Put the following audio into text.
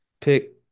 pick